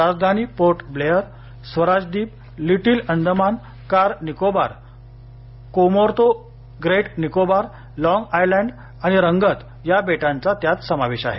राजधानी पोर्ट ब्लेयर स्वराज दीप लिटिल अंदमान कार निकोबार कामोर्ता ग्रेट निकोबार लाँग आयलँड आणि रंगत या बेटांचा त्यात समावेश आहे